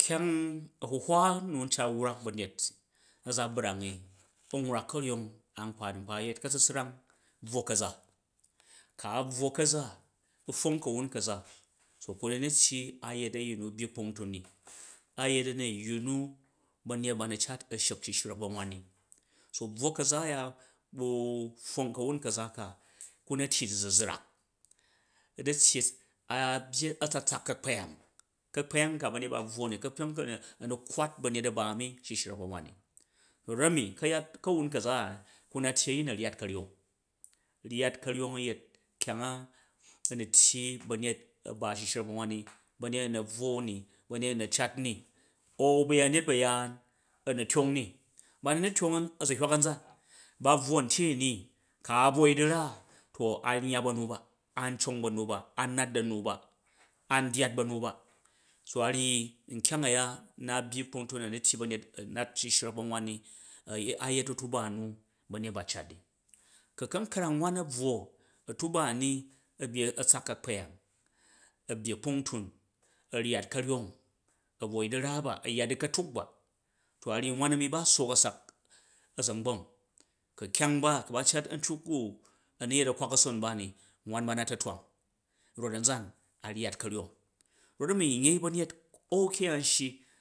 Kyang, a̱huhwa nu̱ n cat wnak ba̱nyet na za brang ni n warak ka̱ryong a̱nkpani nkpa yet buwo ka̱za, ku a̱ buwo ka̱za u̱ pfwong ka̱wun ka̱za to ku nu na̱tyi a̱ yet a̱yin nu byi kpungtun ni a̱yet a̱nyeyyu na̱ ba̱nyet ba nu tat a̱ shak shishrek ba̱nwan ni, so buwo ka̱za a̱ya bu̱ pfwong ka̱wun ka̱za ka ku na tyi du̱zuzrak, u na̱ tyi a byyi a̱tsatsak ka̱kpyong, ka̱kpang ka ba̱myet ba buwo ni ka̱kpyong ka a̱ nu kkwat a̱ba mi shishrek ba̱nwan ni, not a̱mi ka̱yat ka̱wun ka̱za ku na tyi a̱yin a nyat ka̱yong, ryat ka̱yong a̱yet kyang a a̱ nu tgi ba̱myet a̱ba shishrek ba̱mwan ni, ba̱myet a̱ na̱ buwo ni, ba̱myet a̱na̱ cat ni aa ba̱yanyet ba̱yaan a na̱ tyong ni, ba nu na̱ tyong a̱zuhwak a̱nzan, ba buwo a̱ntye a̱ni ku a̱ buwoi dinaa to an yya ba nu ba an ceng ba̱nu ba, an nat da̱nu ba a̱n dyaat ba̱nu ba, so a ryi nkyama a̱ya una byi kpongtun u nu ktyyi benyet anal shitirek ba̱n wan ni, a̱ yet a̱tuba nu̱ ba̱nyet ba cat i. Ku̱ ka̱nkrang wan a̱ buwo a̱tuba a̱ni a̱byyi a̱tsak ka̱kpyang, a̱byyi a kpangtun a̱ ryat ka̱yong a̱, buwoidu̱raa bo a̱ yya du̱ka̱tuk ba, to a ryi wan a̱mi ba sook a̱sak a̱za̱ngba̱ng ku̱ kyang ba, ku ba eat a̱ntyuk u a̱ nu yet a̱kwak a̱son nba ni wan ba nata̱twang not anza a nyat ka̱ryong rot a̱min yei ba̱nyet okyanshi.